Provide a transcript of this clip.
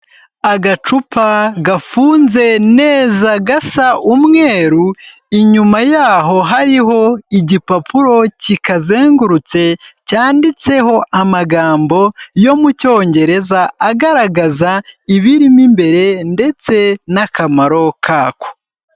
Agacupa gafunze neza gasa umweru, inyuma yaho hariho igipapuro kikazengurutse cyanditseho amagambo yo mu cyongereza agaragaza ibirimo imbere ndetse n'akamaro kako.